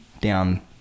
down